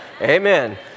Amen